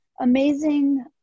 amazing